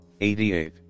88